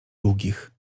długich